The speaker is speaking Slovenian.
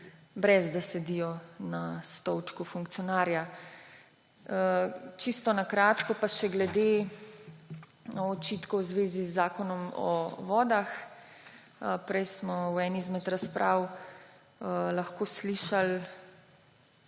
ne da sedijo na stolčku funkcionarja. Čisto na kratko še glede očitkov v zvezi z Zakonom o vodah. Prej smo v eni izmed razprav lahko slišali